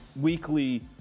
weekly